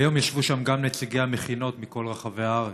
היום ישבו שם גם נציגי המכינות מכל רחבי הארץ,